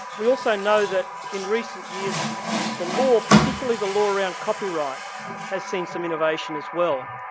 we also know that in recent years the law, particularly the law around copyright has seen some innovation as well.